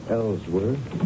Ellsworth